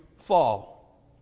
fall